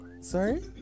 Sorry